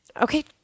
okay